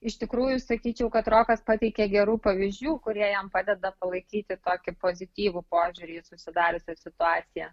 iš tikrųjų sakyčiau kad rokas pateikė gerų pavyzdžių kurie jam padeda palaikyti tokį pozityvų požiūrį į susidariusią situaciją